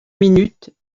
minutes